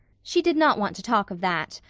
she did not want to talk of that.